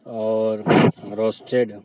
اور روسٹیڈ